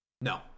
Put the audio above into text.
No